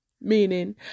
meaning